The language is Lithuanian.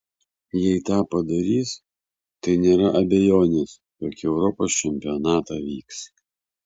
jei tą padarys tai nėra abejonės jog į europos čempionatą vyks